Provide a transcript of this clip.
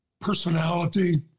personality